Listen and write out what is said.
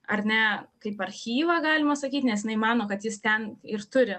ar ne kaip archyvą galima sakyt nes jinai mano kad jis ten ir turi